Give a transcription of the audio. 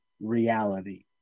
reality